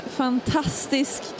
fantastisk